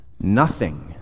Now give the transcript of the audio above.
Nothing